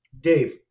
Dave